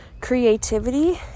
creativity